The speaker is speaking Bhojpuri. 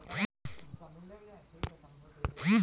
इ तरीका से खेती से उपजल फसल स्वास्थ्य खातिर बहुते ठीक रहेला